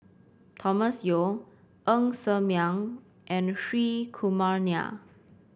Thomas Yeo Ng Ser Miang and Hri Kumar Nair